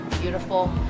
beautiful